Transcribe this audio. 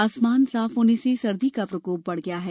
आसमान साफ होने से सर्दी का प्रकोप बढ़ गया है